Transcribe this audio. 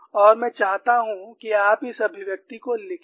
और मैं चाहता हूं कि आप इस अभिव्यक्ति को लिखें